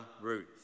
Ruth